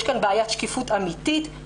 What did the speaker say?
יש כאן בעיית שקיפות אמיתית.